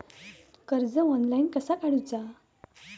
कर्ज ऑनलाइन कसा काडूचा?